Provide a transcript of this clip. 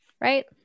right